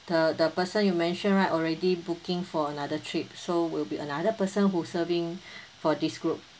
the the person you mentioned right already booking for another trip so will be another person who is serving for this group